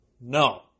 No